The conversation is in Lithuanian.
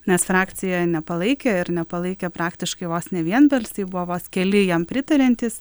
nes frakcija nepalaikė ir nepalaikė praktiškai vos ne vienbalsiai buvo vos keli jam pritariantys